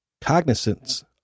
cognizance